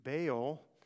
Baal